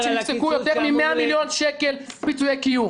שנפסקו יותר מ-100 מיליון שקל פיצויי קיום.